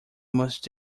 must